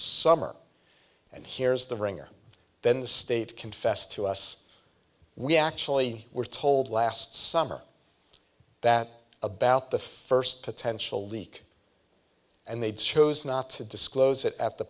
summer and here is the ringer then the state confessed to us we actually were told last summer that about the first potential leak and they'd chose not to disclose it at the